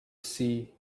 see